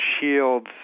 shields